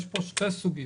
יש פה שתי סוגיות